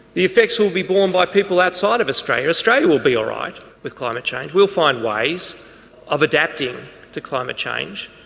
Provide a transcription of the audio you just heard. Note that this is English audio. the effects will be born with people outside of australia, australia will be alright with climate change, we'll find ways of adapting to climate change.